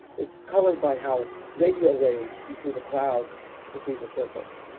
it's colored by how radio waves see through the clouds to see the surface.